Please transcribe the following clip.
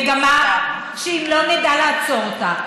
מגמה שאם לא נדע לעצור אותה,